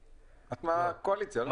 את מהקואליציה, לא?